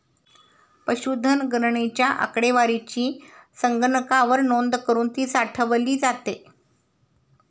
पशुधन गणनेच्या आकडेवारीची संगणकावर नोंद करुन ती साठवली जाते